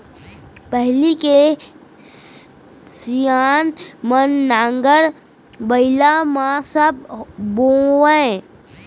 पहिली के सियान मन नांगर बइला म सब बोवयँ